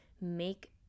make